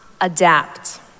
adapt